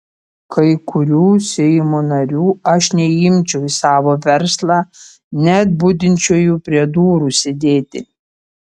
kai kurių seimo narių aš neimčiau į savo verslą net budinčiuoju prie durų sėdėti